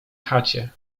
chacie